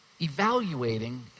evaluating